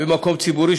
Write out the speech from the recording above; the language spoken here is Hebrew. אני